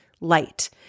light